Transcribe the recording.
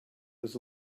was